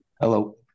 Hello